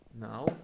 Now